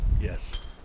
yes